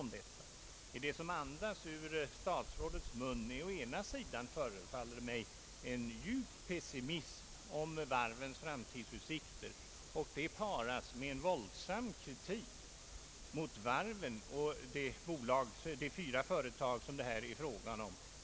Statsrådets anförande andades å ena sidan, föreföll det mig, en djup pessimism om varvens framtidsutsikter och å andra sidan våldsam kritik mot de fyra företag som det här är fråga om.